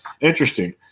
interesting